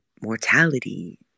mortality